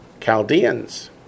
Chaldeans